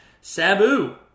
Sabu